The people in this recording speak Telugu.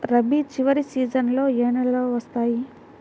రబీ చివరి సీజన్లో ఏ నెలలు వస్తాయి?